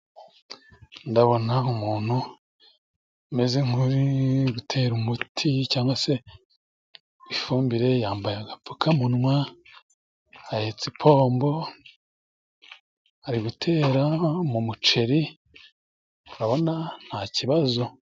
Ndabona umuntu ameze nkuri gutera umuti cyangwa se ifumbire, yambaye agapfukamunwa, ahetse ipombo ari gutera mu muceri abona ntakibazo.